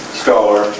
scholar